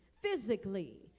physically